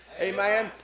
amen